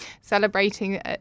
celebrating